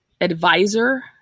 advisor